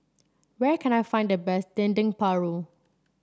where can I find the best Dendeng Paru